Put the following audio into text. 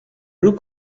rook